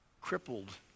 crippled